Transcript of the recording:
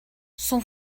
son